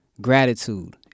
gratitude